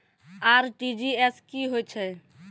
RTGS की होय छै?